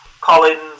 Collins